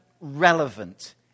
relevant